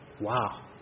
Wow